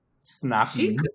snappy